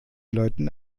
leuten